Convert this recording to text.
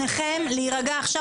שניכם להרגע עכשיו,